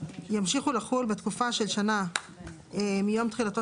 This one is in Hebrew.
ימשיכו לחול בתקופה של שנה מיום תחילתו